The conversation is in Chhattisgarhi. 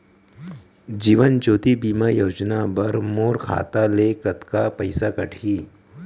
जीवन ज्योति बीमा योजना बर मोर खाता ले कतका पइसा कटही?